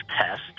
test